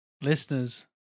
listeners